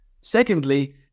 Secondly